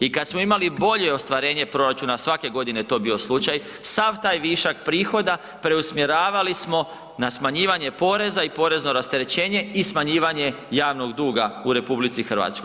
I kad smo imali bolje ostvarenje proračuna, a svake godine je to bio slučaj, sav taj višak prihoda preusmjeravali smo na smanjivanje poreza i porezno rasterećenje i smanjivanje javnog duga u RH.